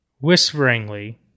whisperingly